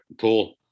Cool